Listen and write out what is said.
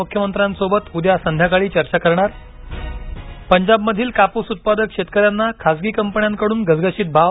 मुख्यमंत्र्यांसोबत उद्या संध्याकाळी चर्चा करणार पंजाबमधील कापूस उत्पादक शेतकऱ्यांना खासगी कंपन्यांकडून घसघशीत भाव